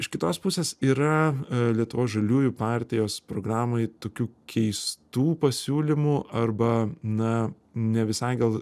iš kitos pusės yra lietuvos žaliųjų partijos programoj tokių keistų pasiūlymų arba na ne visai gal